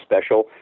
special